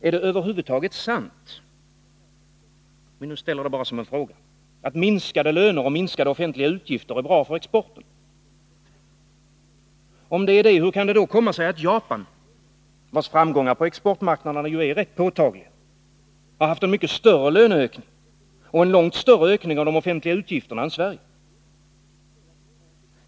Är det över huvud sant, att minskade löner och minskade offentliga utgifter är bra för exporten? Hur kan det då komma sig att Japan, vars framgångar på exportmarknaderna ju är rätt påtagliga, har haft en mycket större löneökning och en långt större ökning av de offentliga utgifterna än Sverige?